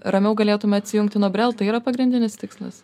ramiau galėtume atsijungti nuo brel tai yra pagrindinis tikslas